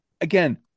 again